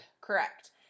Correct